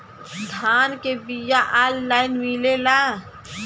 धान के बिया ऑनलाइन मिलेला?